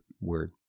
word